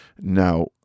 Now